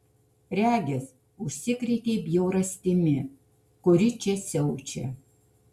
regis užsikrėtei bjaurastimi kuri čia siaučia